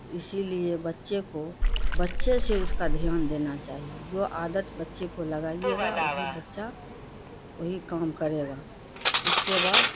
اسی لیے بچے کو بچے سے اس کا دھیان دینا چاہیے جو عادت بچے کو لگائیے گا وہی بچہ وہی کام کرے گا اس کے بعد